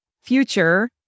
future